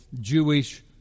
Jewish